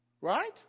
Right